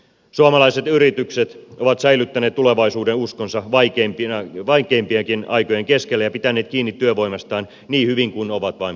suomalaiset yritykset ovat säilyttäneet tulevaisuudenuskonsa vaikeimpienkin aikojen keskellä ja pitäneet kiinni työvoimastaan niin hyvin kuin ovat vain pystyneet